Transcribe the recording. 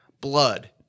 Blood